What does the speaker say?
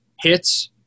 hits